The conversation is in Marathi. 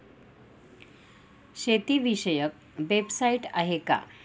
शेतीविषयक वेबसाइट आहे का?